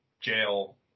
jail